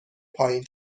پایین